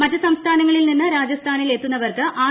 മറ്റ് സംസ്ഥാനങ്ങളിൽ നിന്ന് രാജസ്ഥാനിൽ എത്തുന്നവർക്ക് ആർ